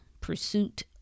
Pursuit